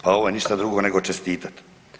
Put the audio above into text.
A ovo je ništa drugo nego čestitat.